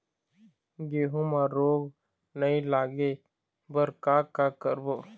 गेहूं म रोग नई लागे बर का का करबो?